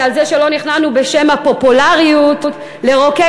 זה על זה שלא נכנענו בשם הפופולריות לרוקן